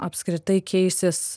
apskritai keisis